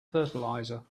fertilizer